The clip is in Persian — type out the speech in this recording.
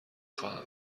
خواهم